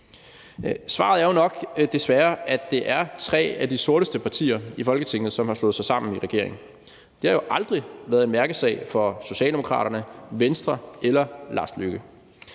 Svaret er jo nok desværre, at det er tre af de sorteste partier i Folketinget, som har slået sig sammen i regering. Det har jo aldrig været en mærkesag for Socialdemokraterne, Venstre eller Lars Løkke